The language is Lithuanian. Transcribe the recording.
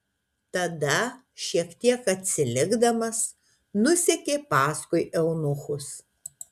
tada šiek tiek atsilikdamas nusekė paskui eunuchus